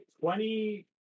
twenty